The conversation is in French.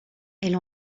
elle